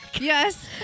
yes